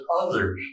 others